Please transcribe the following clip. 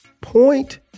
point